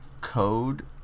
code